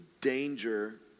danger